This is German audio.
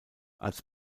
als